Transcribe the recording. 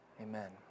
amen